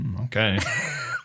Okay